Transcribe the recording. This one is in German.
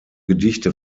gedichte